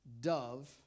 dove